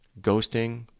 ghosting